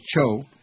Cho